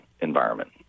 environment